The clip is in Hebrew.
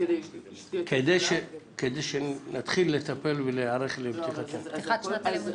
כדי שנתחיל לטפל ולהיערך לפתיחת שנת הלימודים.